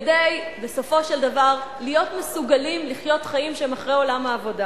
כדי בסופו של דבר להיות מסוגלים לחיות חיים שהם אחרי עולם העבודה,